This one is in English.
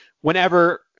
whenever